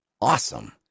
awesome